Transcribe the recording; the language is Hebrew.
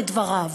לדבריו,